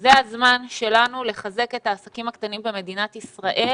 זה הזמן שלנו לחזק את העסקים הקטנים במדינת ישראל